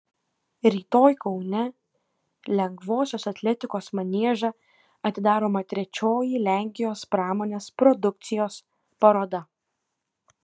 rytoj kaune lengvosios atletikos manieže atidaroma trečioji lenkijos pramonės produkcijos paroda